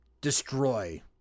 destroy